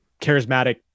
charismatic